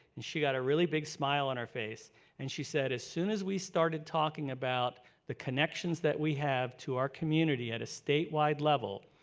and she got a really big smile on her face and she said, as soon as we started talking about the connections that we have to our community at a statewide level,